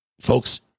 Folks